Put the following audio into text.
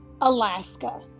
Alaska